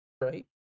Right